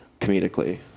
comedically